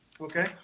Okay